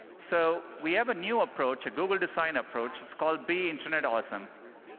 so, we have a new approach a google design approach. it's called be internet awesome,